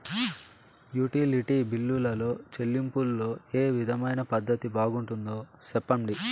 Utility బిల్లులో చెల్లింపులో ఏ విధమైన పద్దతి బాగుంటుందో సెప్పండి?